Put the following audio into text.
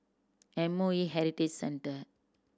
M O E Heritage Centre